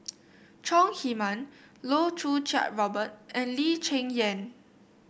Chong Heman Loh Choo Kiat Robert and Lee Cheng Yan